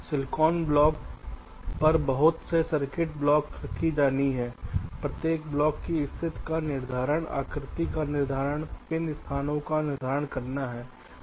silicon block पर बहुत में सर्किट ब्लॉक रखी जानी है प्रत्येक ब्लॉक की स्थिति का निर्धारण आकृतियों का निर्धारण पिन स्थानों का निर्धारण करना है